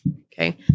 okay